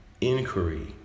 inquiry